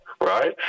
right